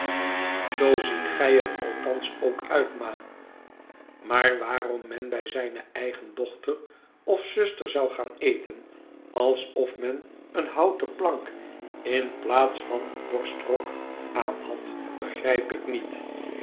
zoo ziet gij er althans ook uit ma maar waarom men bij zijne eigen dochter of zuster zou gaan eten alsof men eene houten plank in plaats van een borstrok aanhad begrijp ik niet